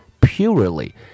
purely